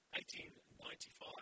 1895